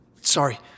Sorry